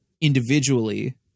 individually